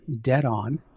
dead-on